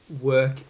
work